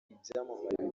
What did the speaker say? ibyamamare